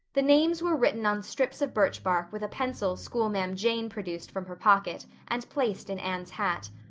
the names were written on strips of birch bark with a pencil schoolma'am jane produced from her pocket, and placed in anne's hat.